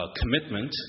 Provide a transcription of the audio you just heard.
commitment